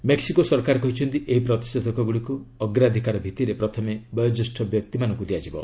Mexico ସରକାର କହିଛନ୍ତି ଏହି ପ୍ରତିଷେଧକ ଗୁଡ଼ିକୁ ଅଗ୍ରାଧିକାର ଭିଭିରେ ପ୍ରଥମେ ବୟୋକ୍ୟେଷ୍ଠ ବ୍ୟକ୍ତିମାନଙ୍କୁ ଦିଆଯିବ